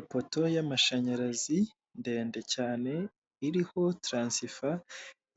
Ipoto y'amashanyarazi ndende cyane, iriho taransifa,